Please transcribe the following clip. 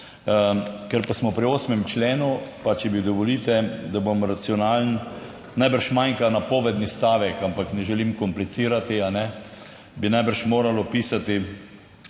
Ker pa smo pri 8. členu, pa če mi dovolite, da bom racionalen, najbrž manjka napovedni stavek, ampak ne želim komplicirati, bi najbrž moralo pisati,